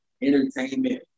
entertainment